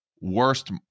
worst